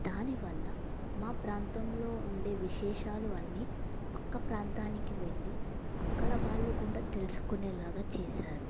దానివల్ల మా ప్రాంతంలో ఉండే విశేషాలు అన్నీ పక్క ప్రాంతానికి వెళ్ళి అక్కడ వాళ్ళు కూడా తెలుసుకునేలాగా చేశారు